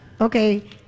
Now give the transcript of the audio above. Okay